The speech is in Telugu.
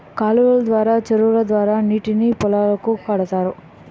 కాలువలు ద్వారా చెరువుల ద్వారా నీటిని పొలాలకు కడతారు